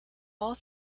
all